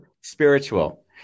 Spiritual